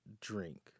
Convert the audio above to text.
drink